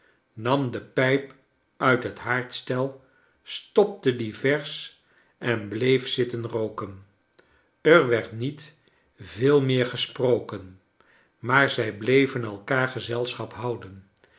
nam de pijp uit het haardstel stopte die versch en bleef zitten rooken er werd niet veel meer gesproken r maar zij bleven elkaar gezelschap houdem